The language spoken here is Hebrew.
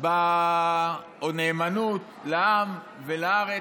או נאמנות לעם ולארץ.